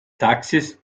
taxis